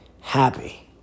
happy